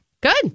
Good